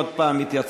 עוד פעם התייצבנו.